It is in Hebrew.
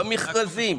במכרזים,